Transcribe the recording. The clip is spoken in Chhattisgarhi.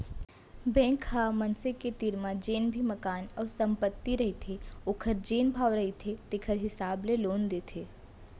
बेंक ह मनसे के तीर म जेन भी मकान अउ संपत्ति रहिथे ओखर जेन भाव रहिथे तेखर हिसाब ले लोन देथे